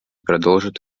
продолжит